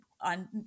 on